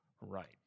Right